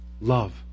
love